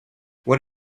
what